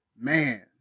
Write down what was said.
man